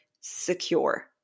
secure